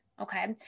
Okay